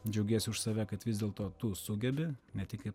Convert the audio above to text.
džiaugiesi už save kad vis dėlto tu sugebi ne tik kaip